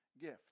gift